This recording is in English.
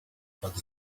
but